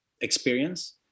experience